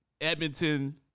Edmonton